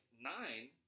Nine